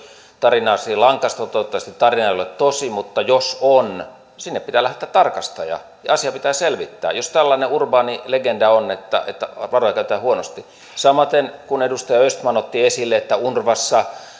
tarinaa sri lankasta toivottavasti tarina ei ole tosi mutta jos on sinne pitää lähettää tarkastaja ja asia pitää selvittää jos tällainen urbaani legenda on että että varoja käytetään huonosti samaten kun edustaja östman otti esille että unrwassa